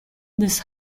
this